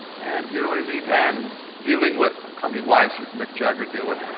and you know and i mean and, dealing with. how many wives does mick jagger deal with?